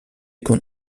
kon